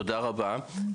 תודה רבה,